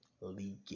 Leaking